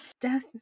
death